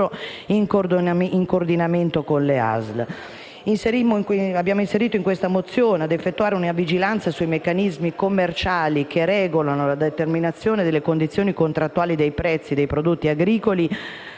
in coordinamento con le ASL. Abbiamo inserito nella mozione anche l'impegno a effettuare la vigilanza sui meccanismi commerciali che regolano la determinazione delle condizioni contrattuali dei prezzi dei prodotti agricoli